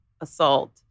assault